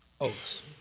Oaths